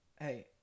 hey